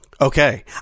Okay